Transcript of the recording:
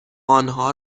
آنها